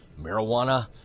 marijuana